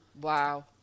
wow